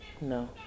No